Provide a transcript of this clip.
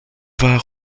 war